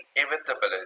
inevitability